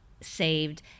saved